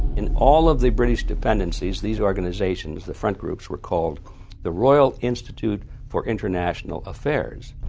in all of the british dependencies, these organizations, the front groups, were called the royal institute for international affairs.